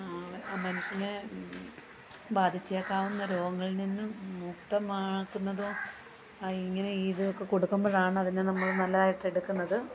മനുഷ്യനെ ബാധിച്ചേക്കാവുന്ന രോഗങ്ങളിൽ നിന്നും മുക്തമാക്കുന്നതും ആ ഇങ്ങനെ ഇത് ഒക്കെ കൊടുക്കുമ്പോഴാണ് അതിനെ നമ്മൾ നല്ലതായിട്ട് എടുക്കുന്നത്